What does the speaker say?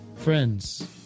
Friends